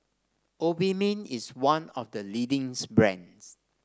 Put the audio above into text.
Obimin is one of the leading's brands